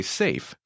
safe